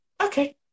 okay